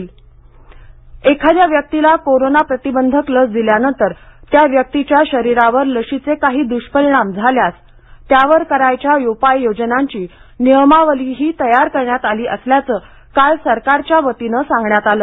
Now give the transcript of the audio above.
लस दुष्परिणाम एखाद्या व्यक्तीला कोरोना प्रतिबंधक लस दिल्यानंतर त्या व्यक्तीच्या शरीरावर लशीचे काही दृष्परिणाम झाल्यास त्यावर करायच्या उपाययोजनांची नियमावलीही तयार करण्यात आली असल्याचं काल सरकारच्या वतीनं सांगण्यात आलं